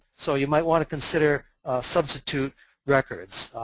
so you might want to consider substitute records,